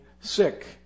sick